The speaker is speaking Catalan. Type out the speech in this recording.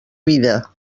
vida